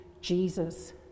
Jesus